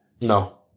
No